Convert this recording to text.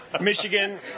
Michigan